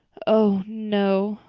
oh, no.